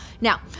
Now